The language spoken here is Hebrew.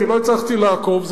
כי לא הצלחתי לעקוב,